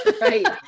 Right